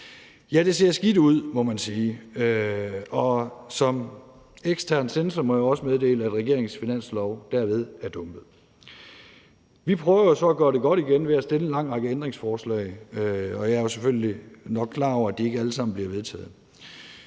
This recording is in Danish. ja, det ser skidt ud, må man sige, og som ekstern censor må jeg også meddele, at regeringens finanslov derved er dumpet. Vi prøver jo så at gøre det godt igen ved at stille en lang række ændringsforslag, og jeg er selvfølgelig nok klar over, at de ikke alle sammen bliver vedtaget.